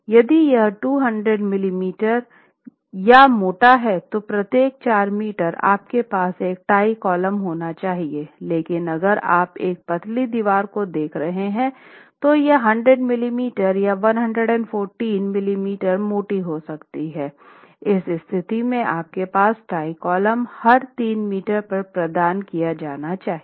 यदि यह 200 मिमी या मोटा है तो प्रत्येक 4 मीटर आपके पास एक टाई कॉलम होना चाहिए लेकिन अगर आप एक पतली दीवार को देख रहे हो तो यह 100 मिमी या 114 मिमी मोटी हो सकती हैं इस स्तिथि में आपके पास टाई कॉलम हर 3 मीटर पर प्रदान किया जाना चाहिए